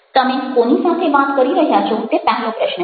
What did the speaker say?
તમે કોની સાથે વાત કરી રહ્યા છો તે પહેલો પ્રશ્ન છે